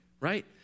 right